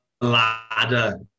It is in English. ladder